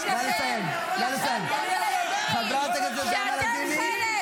לכם ------ חברת הכנסת נעמה לזימי,